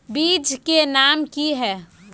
बीज के नाम की है?